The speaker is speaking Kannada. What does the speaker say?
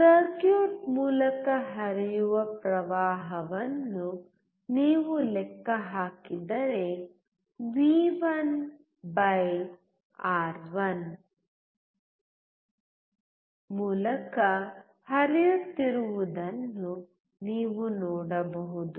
ಸರ್ಕ್ಯೂಟ್ ಮೂಲಕ ಹರಿಯುವ ಪ್ರವಾಹವನ್ನು ನೀವು ಲೆಕ್ಕ ಹಾಕಿದರೆ ವಿ1ಆರ್1 V1R1 ಆರ್1 ಮೂಲಕ ಹರಿಯುತ್ತಿರುವುದನ್ನು ನೀವು ನೋಡಬಹುದು